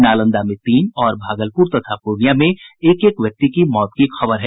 नालंदा में तीन और भागलपुर तथा पूर्णियां में एक एक व्यक्ति की मौत की खबर है